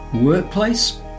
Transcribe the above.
Workplace